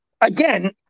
again